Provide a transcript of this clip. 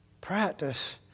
Practice